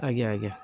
ଆଜ୍ଞା ଆଜ୍ଞା